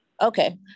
okay